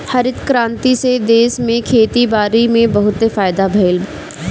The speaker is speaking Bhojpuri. हरित क्रांति से देश में खेती बारी में बहुते फायदा भइल